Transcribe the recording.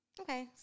Okay